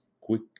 quick